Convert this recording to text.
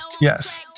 yes